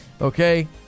Okay